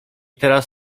teraz